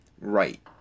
right